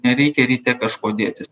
nereikia ryte kažko dėtis